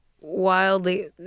wildly